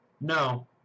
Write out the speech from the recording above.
No